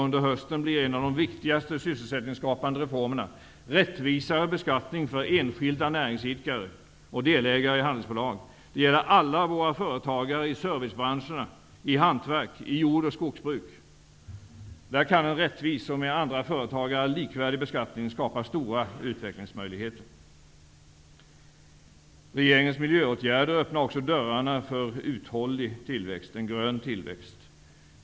En av höstens viktigaste och mest sysselsättningsskapande reformer blir en rättvisare beskattning för enskilda näringsidkare och för delägare i handelsbolag. Det gäller alla företagare i servicebranscherna, i hantverk och i jord och skogsbruk. Där kan en rättvis och med andra företagare likvärdig beskattning skapa stora utvecklingsmöjligheter. Regeringens miljöåtgärder öppnar också dörrarna för en uthållig, grön tillväxt.